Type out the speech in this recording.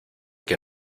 que